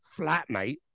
flatmate